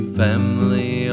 family